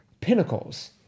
Pinnacles